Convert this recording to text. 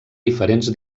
diferents